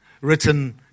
written